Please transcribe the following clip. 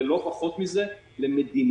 ולא פחות מזה למדיניות.